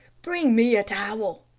bring me a towel,